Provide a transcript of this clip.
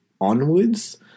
onwards